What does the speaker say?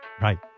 Right